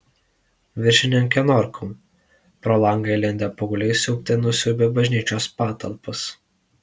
viršininke norkau pro langą įlindę paaugliai siaubte nusiaubė bažnyčios patalpas